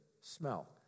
smell